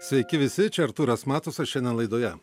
sveiki visi čia artūras matusas šiandien laidoje